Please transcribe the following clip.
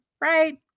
right